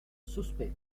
sospel